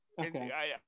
Okay